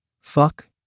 Fuck